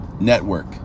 network